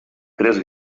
tres